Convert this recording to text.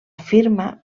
firma